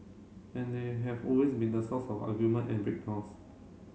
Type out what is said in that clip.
and they have always been the source of argument and break downs